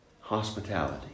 hospitality